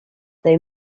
they